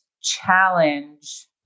challenge